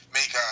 make